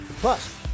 Plus